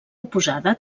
oposada